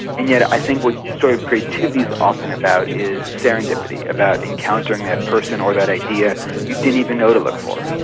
and yet i think what sort of creativity is often about is serendipity, about encountering that person or that idea you didn't even know to look for.